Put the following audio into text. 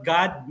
God